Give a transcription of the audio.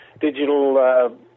digital